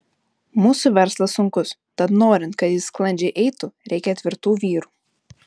mūsų verslas sunkus tad norint kad jis sklandžiai eitų reikia tvirtų vyrų